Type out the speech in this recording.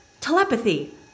Telepathy